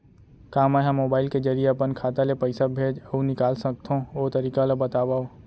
का मै ह मोबाइल के जरिए अपन खाता ले पइसा भेज अऊ निकाल सकथों, ओ तरीका ला बतावव?